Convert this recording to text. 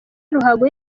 ruhago